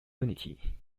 unity